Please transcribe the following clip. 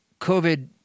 COVID